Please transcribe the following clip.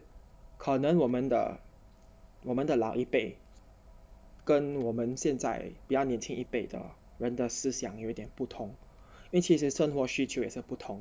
可能我们的我们的老一辈跟我们现在比较年轻一辈的人思想有点不同因为其实生活需求也是不同